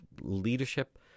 leadership